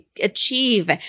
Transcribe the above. achieve